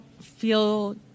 feel